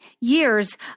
years